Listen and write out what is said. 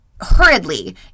hurriedly